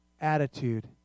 attitude